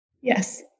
Yes